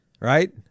Right